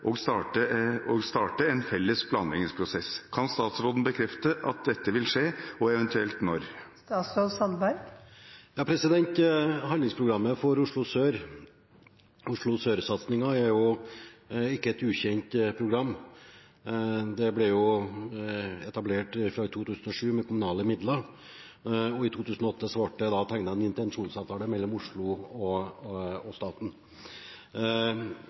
og starter en felles planleggingsprosess. Kan statsråden bekrefte at dette vil skje, og eventuelt når?» Handlingsprogrammet for Oslo sør-satsingen er jo ikke et ukjent program. Det ble etablert i 2007 med kommunale midler, og i 2008 ble det tegnet en intensjonsavtale mellom Oslo kommune og staten.